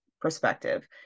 perspective